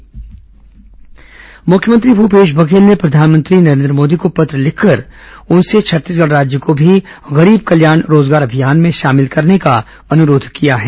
मुख्यमंत्री प्रधानमंत्री पत्र मुख्यमंत्री भूपेश बघेल ने प्रधानमंत्री नरेन्द्र मोदी को पत्र लिखकर उनसे छत्तीसगढ़ राज्य को भी गरीब कल्याण रोजगार अभियान में शामिल करने का अनुरोध किया है